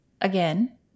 again